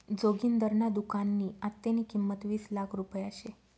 जोगिंदरना दुकाननी आत्तेनी किंमत वीस लाख रुपया शे